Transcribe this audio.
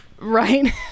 Right